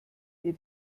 ihr